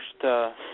first